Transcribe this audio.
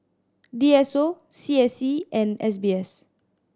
D S O C S C and S B S